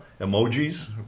emojis